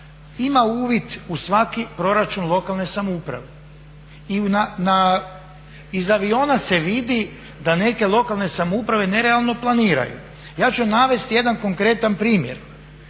ima uvid u svaki proračun lokalne samouprave. Iz aviona se vidi da neke lokalne samouprave nerealno planiraju. Ja ću navesti jedan konkretan primjer